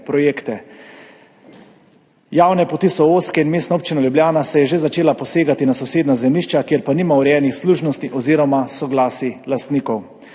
projekte. Javne poti so ozke in Mestna občina Ljubljana je že začela posegati na sosednja zemljišča, kjer pa nima urejenih služnosti oziroma soglasij lastnikov.